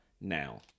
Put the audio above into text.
now